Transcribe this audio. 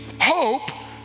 hope